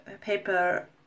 paper